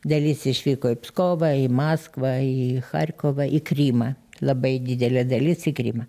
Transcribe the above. dalis išvyko į pskovą į maskvą į charkovą į krymą labai didelė dalis į krymą